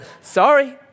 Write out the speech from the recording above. Sorry